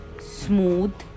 smooth